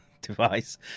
device